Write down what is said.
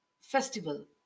festival